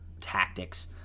tactics